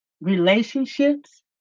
Relationships